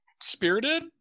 spirited